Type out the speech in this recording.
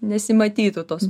nesimatytų tos